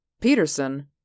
Peterson